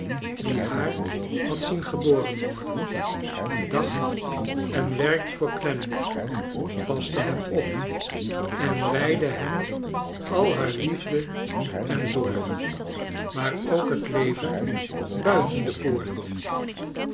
die haar had zien geboren worden dacht en werkte voor clennam paste hem op en wijdde hem al haar liefde en zorg maar ook het leven bint en de poort